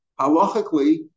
Halachically